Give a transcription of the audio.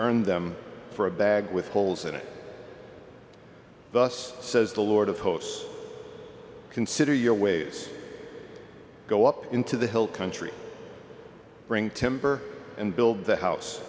earned them for a bag with holes in it thus says the lord of hosts consider your ways go up into the hill country bring temper and build the house